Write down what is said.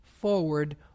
forward